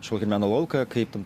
kažkokį meno lauką kaip